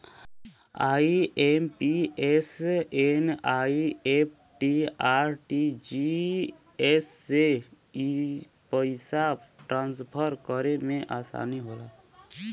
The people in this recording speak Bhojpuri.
आई.एम.पी.एस, एन.ई.एफ.टी, आर.टी.जी.एस से पइसा ट्रांसफर करे में आसानी होला